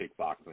kickboxing